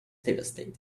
devastated